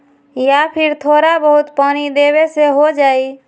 या फिर थोड़ा बहुत पानी देबे से हो जाइ?